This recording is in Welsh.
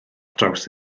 draws